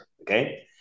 okay